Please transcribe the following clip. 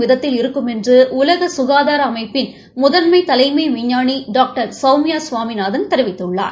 விதத்தில் இருக்கும் என்று உலக சுகாதார அமைப்பின் முதன்மை தலைமை விஞ்ஞானி டாக்டர் சௌமியா சுவாமிநாதன் தெரிவித்துள்ளார்